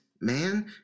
man